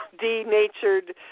denatured